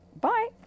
Bye